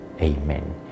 Amen